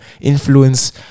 influence